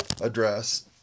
address